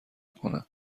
کنند